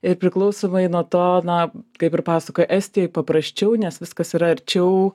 ir priklausomai nuo to na kaip ir pasakojo estijoj paprasčiau nes viskas yra arčiau